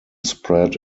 spread